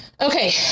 Okay